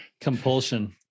Compulsion